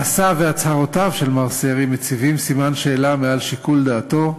מעשיו והצהרותיו של מר סרי מציבים סימן שאלה על שיקול דעתו,